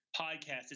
podcast